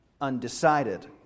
undecided